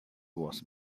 was